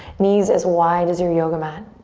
knees as wide as your yoga mat.